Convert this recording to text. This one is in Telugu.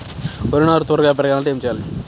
వరి నారు త్వరగా పెరగాలంటే ఏమి చెయ్యాలి?